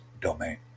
domain